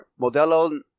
Modelo